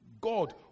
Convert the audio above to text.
God